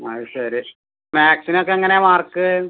അത് ശരി മാത്സിനൊക്കെ എങ്ങനെയാണ് മാർക്ക്